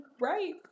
Right